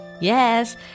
Yes